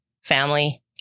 family